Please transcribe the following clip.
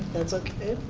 that's okay.